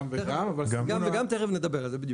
גם וגם, תכף נדבר על זה בדיוק.